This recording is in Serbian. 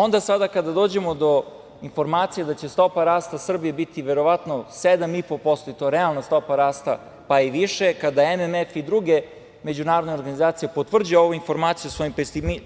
Onda kada dođemo do informacije da će stopa rasta Srbije biti verovatno 7,5%, i to realna stopa rata, pa i više, kada MMF i druge međunarodne organizacije potvrđuju ovu informaciju svojim